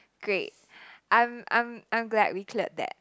great I'm I'm I'm glad we cleared that